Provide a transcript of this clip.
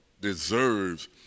deserves